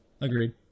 Agreed